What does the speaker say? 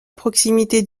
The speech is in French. proximité